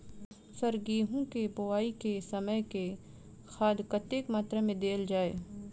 Sir गेंहूँ केँ बोवाई केँ समय केँ खाद कतेक मात्रा मे देल जाएँ?